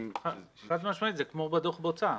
חד משמעית זה כמו בדוח בוצה.